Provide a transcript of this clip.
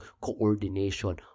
coordination